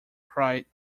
cried